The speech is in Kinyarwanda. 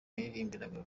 yaririmbiraga